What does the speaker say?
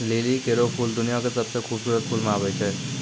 लिली केरो फूल दुनिया क सबसें खूबसूरत फूल म आबै छै